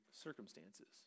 circumstances